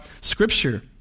Scripture